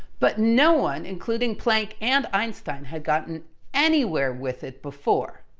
but no one, including planck and einstein, had gotten anywhere with it before.